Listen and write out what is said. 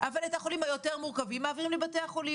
אבל את החולים היותר מורכבים מעבירים לבתי החולים,